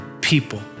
people